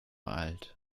alt